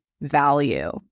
value